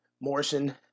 Morrison